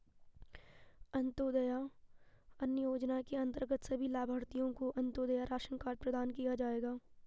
अंत्योदय अन्न योजना के अंतर्गत सभी लाभार्थियों को अंत्योदय राशन कार्ड प्रदान किया जाएगा